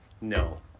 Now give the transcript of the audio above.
No